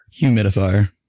Humidifier